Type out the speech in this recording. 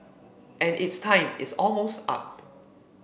and its time is almost up